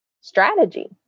strategy